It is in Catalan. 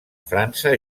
frança